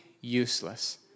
useless